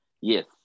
yes